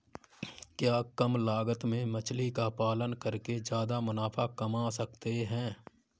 क्या कम लागत में मछली का पालन करके ज्यादा मुनाफा कमा सकते हैं?